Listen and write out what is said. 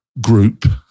group